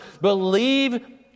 Believe